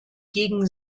gegen